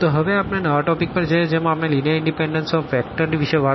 તો હવે આપણે નવા ટોપિક પર જઈએ જેમાં આપણે લીનીઅર ઇનડીપેનડન્સ ઓફ વેક્ટરવિષે વાત કરશું